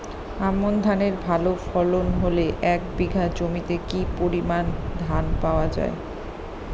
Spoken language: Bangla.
আমন ধানের ভালো ফলন হলে এক বিঘা জমিতে কি পরিমান ধান পাওয়া যায়?